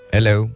Hello